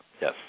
Yes